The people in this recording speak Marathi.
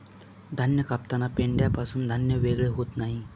धान्य कापताना पेंढ्यापासून धान्य वेगळे होत नाही